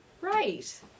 Right